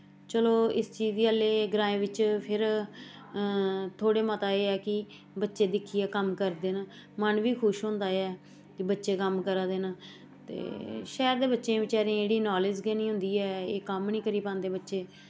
चलो इस चीज दी अल्ले ग्राएं बिच्च फिर थोह्ड़े मता एह् ऐ कि बच्चे दिक्खियै कम्म करदे न मन बी खुश होंदा ऐ कि बच्चे कम्म करा दे न ते शैह्र दे बच्चे बचारे एह्ड़ी नालेज गै निं होंदी ऐ एह् कम्म निं करी पांदे बच्चे